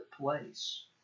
place